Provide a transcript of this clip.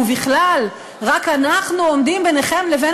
ובכלל רק אנחנו עומדים ביניכם לבין